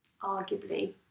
arguably